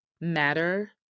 matter